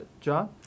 John